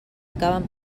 acaben